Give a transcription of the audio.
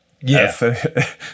Yes